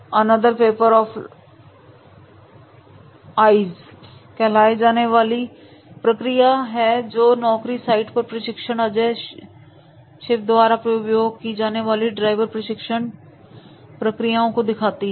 another pair of eyes कहलाए जाने वाली जकरिया है जो नौकरी साइट पर परीक्षण अजय शिव द्वारा उपयोग की जाने वाली ड्राइवर परीक्षण प्रक्रियाओं को दिखाती हैं